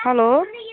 हलो